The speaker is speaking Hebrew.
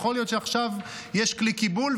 יכול להיות שעכשיו יש כלי קיבול,